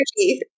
energy